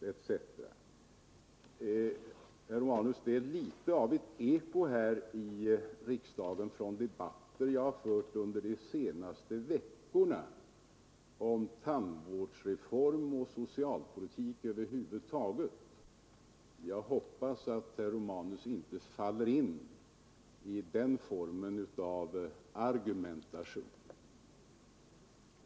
Detta är, herr Romanus, litet av ett eko från de debatter som jag hört här i riksdagen under de senaste veckorna om tandvårdsreform och socialpolitik över huvud taget. Jag hoppas att herr Romanus inte faller in i den formen av argumentation.